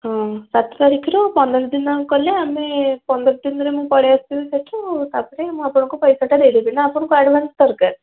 ହଁ ସାତ ତାରିଖରୁ ପନ୍ଦର ଦିନ କଲେ ଆମେ ପନ୍ଦର ଦିନରେ ମୁଁ ପଳାଇ ଆସିବି ସେଠୁ ତା'ପରେ ମୁଁ ଆପଣଙ୍କୁ ପଇସାଟା ଦେଇଦେବି ନା ଆପଣଙ୍କୁ ଆଡ଼ଭାନ୍ସ ଦରକାର